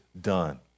done